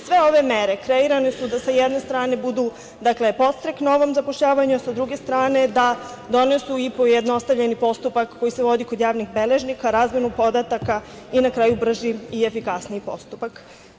Sve ove mere kreirane su da sa jedne strane budu, dakle, podstreknu ovom zapošljavanju, a sa druge strane da donesu i pojednostavljeni postupak koji se vodi kod javnih beležnika, razmenu podataka i na kraju brži i efikasniji postupak.